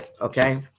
okay